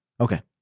Okay